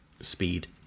speed